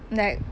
like